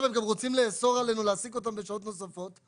הם גם רוצים לאסור עלינו להעסיק אותם בשעות נוספות.